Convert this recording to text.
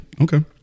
Okay